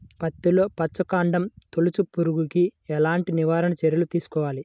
పత్తిలో వచ్చుకాండం తొలుచు పురుగుకి ఎలాంటి నివారణ చర్యలు తీసుకోవాలి?